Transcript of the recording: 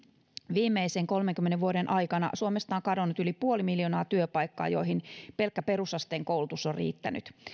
viimeisen kolmenkymmenen vuoden aikana suomesta on kadonnut yli puoli miljoonaa työpaikkaa joihin pelkkä perusasteen koulutus on riittänyt